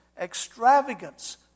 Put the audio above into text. extravagance